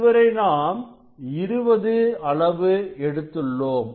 இதுவரை நாம்20 அளவு எடுத்துள்ளோம்